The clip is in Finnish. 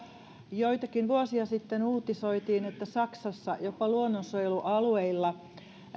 joitakin vuosia sitten uutisoitiin että saksassa jopa luonnonsuojelualueilla